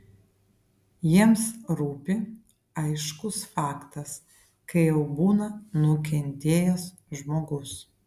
jiems rūpi aiškus faktas kai jau būna nukentėjęs žmogus